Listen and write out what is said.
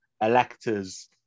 electors